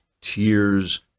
Tears